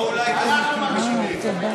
אנחנו מקשיבים.